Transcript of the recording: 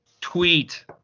tweet